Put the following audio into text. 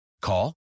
Call